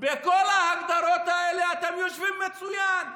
בכל ההגדרות האלה אתם יושבים מצוין,